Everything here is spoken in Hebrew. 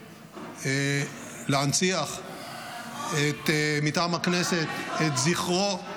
ולהנציח מטעם הכנסת את זכרו,